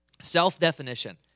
Self-definition